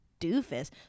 doofus